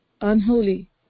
unholy